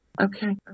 Okay